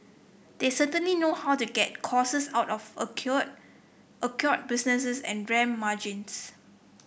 they certainly know how to get out of acquired business and ramp margins